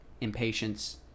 impatience